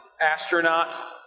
Astronaut